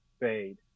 fade